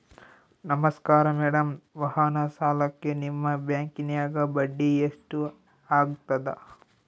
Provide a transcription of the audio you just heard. ನಮಸ್ಕಾರ ಮೇಡಂ ವಾಹನ ಸಾಲಕ್ಕೆ ನಿಮ್ಮ ಬ್ಯಾಂಕಿನ್ಯಾಗ ಬಡ್ಡಿ ಎಷ್ಟು ಆಗ್ತದ?